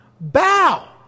bow